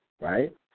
right